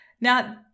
Now